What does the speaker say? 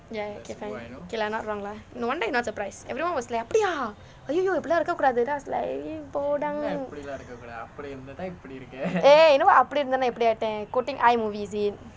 ya okay fine you are not wrong lah no wonder you not surprised everyone was like அப்படியா:appadiyaa !aiyoyo! அப்படி எல்லாம் இருக்க கூடாது:appadi ellaam irukka kudaathu then I was like dey என்னமோ அப்படி இருந்தான் இப்படி ஆயிட்டேன்:ennamo appadi irunthan ippadi aayiten quoting I movie is it